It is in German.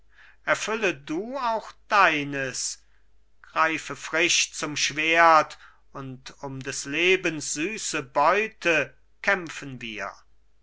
erfülle du auch deines greife frisch zum schwert und um des lebens süße beute kämpfen wir